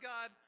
God